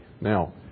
Now